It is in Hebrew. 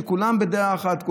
כשכולם בדעה אחת,